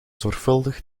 zorgvuldig